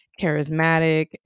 charismatic